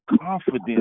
confidence